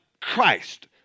Christ